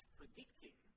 predicting